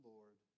Lord